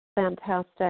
Fantastic